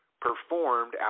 ...performed